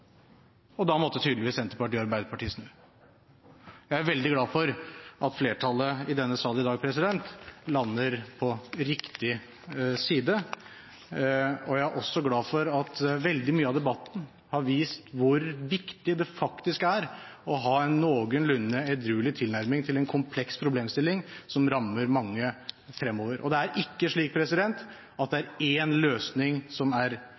og da måtte tydeligvis Senterpartiet og Arbeiderpartiet snu. Jeg er veldig glad for at flertallet i denne sal i dag lander på riktig side, og jeg er også glad for at veldig mye av debatten har vist hvor viktig det faktisk er å ha en noenlunde edruelig tilnærming til en kompleks problemstilling som rammer mange fremover. Det er ikke slik at det er én løsning som er